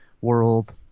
world